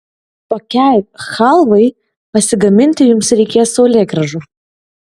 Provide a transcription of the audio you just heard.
tokiai chalvai pasigaminti jums reikės saulėgrąžų